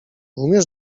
umiesz